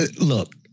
Look